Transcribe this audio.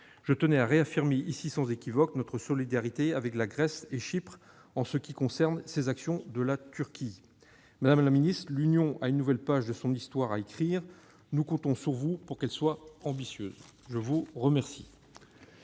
Je tenais à réaffirmer ici sans équivoque notre solidarité avec la Grèce et Chypre en ce qui concerne ces actions de la Turquie. Madame la secrétaire d'État, l'Union a une nouvelle page de son histoire à écrire. Nous comptons sur vous pour qu'elle soit ambitieuse. Très bien